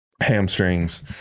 hamstrings